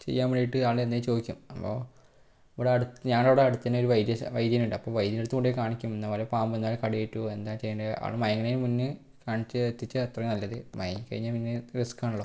ചെയ്യാൻ വേണ്ടിയിട്ട് ആൾ എന്തെങ്കിലും ചോദിക്കും അപ്പോൾ ഇവിടെ അടുത്ത് ഞാൻ ഇവിടെ അടുത്തു തന്നെ ഒരു വൈദ്യശാ ഒരു വൈദ്യൻ ഉണ്ട് അപ്പോൾ വൈദ്യൻ്റെ അടുത്ത് കൊണ്ടുപോയി കാണിക്കും ഇന്ന പോലെ പാമ്പ് എന്ന് കടിയേറ്റു എന്താ ചെയ്യേണ്ടത് ആൾ മയങ്ങണേനു മുൻപേ കാണിച്ചാൽ എത്തിച്ചാൽ അത്രയും നല്ലത് മയങ്ങി കഴിഞ്ഞാൽ പിന്നെ റിസ്ക് ആണല്ലോ